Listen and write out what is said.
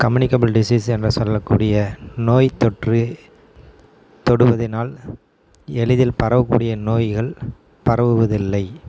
communicable disease என்று சொல்லக்கூடிய நோய் தொற்று தொடுவதினால் எளிதில் பரவக்கூடிய நோய்கள் பரவுவதில்லை